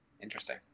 interesting